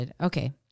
Okay